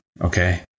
Okay